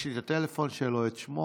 יש לי את הטלפון שלו, את שמו.